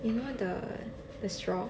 you know the the straw